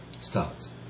Starts